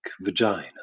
vagina